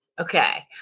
Okay